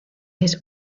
his